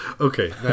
Okay